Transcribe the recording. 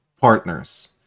partners